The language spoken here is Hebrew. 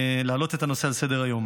על שהעלו את הנושא לסדר-היום.